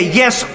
yes